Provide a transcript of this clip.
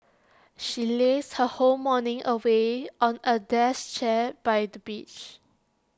she lazed her whole morning away on A dash chair by the beach